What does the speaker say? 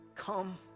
Come